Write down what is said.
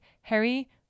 Harry